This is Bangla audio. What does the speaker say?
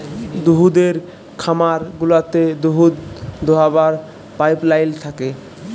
দুহুদের খামার গুলাতে দুহুদ দহাবার পাইপলাইল থ্যাকে